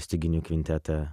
styginių kvintetą